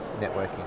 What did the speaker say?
networking